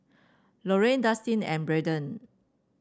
Loran Dustin and Braiden